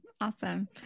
awesome